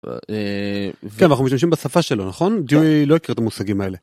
כן אנחנו משתמשים בשפה שלו נכון? דיואי לא הכיר ת'מושגים האלה.